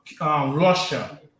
Russia